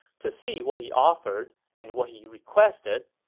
to see what he offered and what he requested,